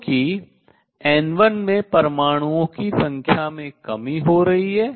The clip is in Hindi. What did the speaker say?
क्योंकि N1 में परमाणुओं की संख्या में कमी हो रही है